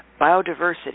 biodiversity